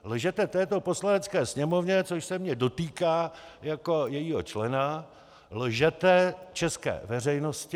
Lžete této Poslanecké sněmovně, což se mě dotýká jako jejího člena, lžete české veřejnosti.